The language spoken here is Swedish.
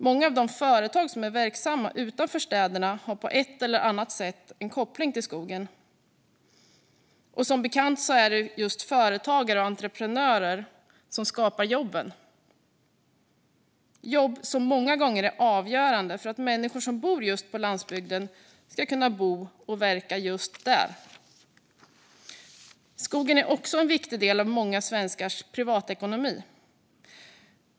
Många av de företag som är verksamma utanför städerna har på ett eller annat sätt en koppling till skogen. Som bekant är det just företagare och entreprenörer som skapar jobben. Det är jobb som många gånger är avgörande för att människor som bor på landsbygden ska kunna bo och verka just där. Skogen är också en viktig del av många svenskars privatekonomi.